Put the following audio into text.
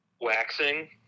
waxing